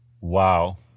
wow